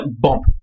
bump